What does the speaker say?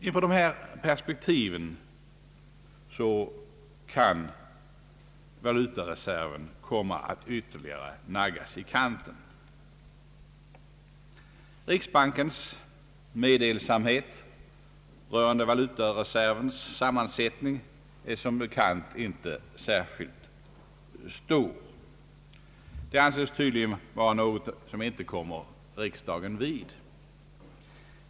Inför dessa perspektiv är det fara värt att valutareserven kan komma att ytterligare naggas i kanten. Riksbankens meddelsamhet rörande valutareservens sammansättning är som bekant inte särskilt stor. Det anses tydligen vara något som inte kommer riksdagen vid.